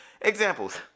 examples